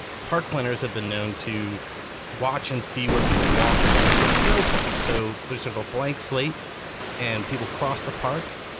but park planners have been known to watch and see where people walk after a big snowfall. so there's sort of a blank slate and people cross the park.